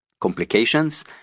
complications